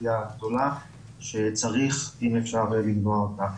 טרגדיה גדולה שצריך, אם אפשר, למנוע אותה.